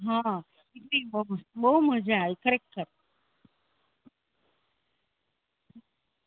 હા બહુ બહુ મજા આવી ખરેખર